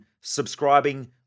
subscribing